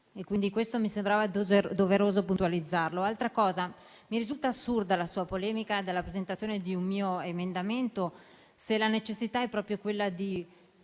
e quindi questo mi sembrava doveroso precisarlo. Inoltre, mi risulta assurda la sua polemica circa la presentazione di un mio emendamento, se la necessità è proprio quella di